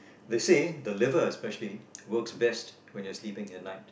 they say the liver especially works best when you're sleeping at night